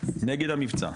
נגד המבצע,